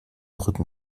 rücken